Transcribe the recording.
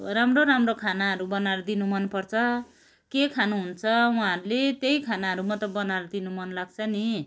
राम्रो राम्रो खानाहरू बनाएर दिनु मन पर्छ के खानुहुन्छ उहाँहरूले त्यही खानाहरू म त बनाएर दिनु मन लाग्छ नि